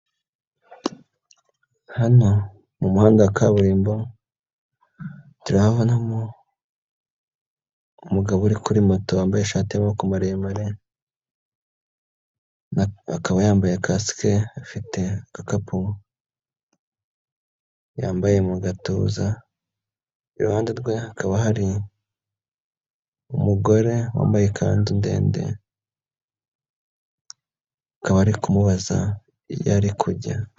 Hano mu muhanda wa kaburimbo turahabonamo, umugabo uri kuri moto wambaye ishati y'amaboko maremare. Akaba yambaye kasike, afite agakapu yambaye mu gatuza. Iruhande rwe hakaba hari umugore wambaye ikanzu ndende, akaba ari kumubaza iyo ari kujya.